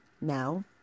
Now